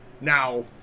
Now